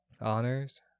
honors